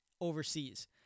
overseas